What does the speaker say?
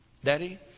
Daddy